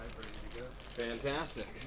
Fantastic